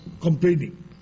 complaining